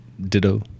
Ditto